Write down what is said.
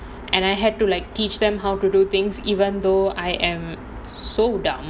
and I had to like teach them how to do things even though I am so dumb